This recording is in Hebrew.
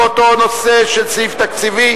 הבאה היא הסתייגות באותו נושא של סעיף תקציבי,